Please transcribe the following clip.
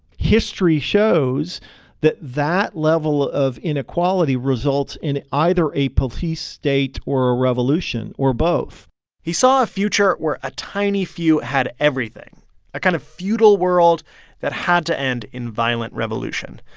history shows that that level of inequality results in either a police state or a revolution or both he saw a future where a tiny few had everything a kind of feudal world that had to end in violent revolution.